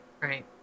right